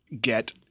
get